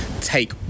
take